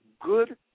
good